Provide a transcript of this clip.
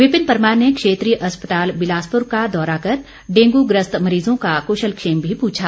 विपिन परमार ने क्षेत्रीय अस्पताल बिलासपुर का दौरा कर डेंगू ग्रस्त मरीज़ों का कुशलक्षेम भी पूछा